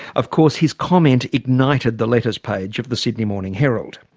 of course his comment ignited the letters page of the sydney morning herald.